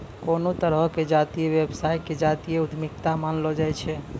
कोनो तरहो के जातीय व्यवसाय के जातीय उद्यमिता मानलो जाय छै